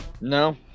No